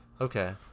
Okay